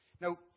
Now